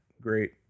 great